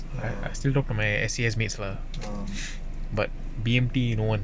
err I still talk to my S_C_S mate lah but B_M_T no one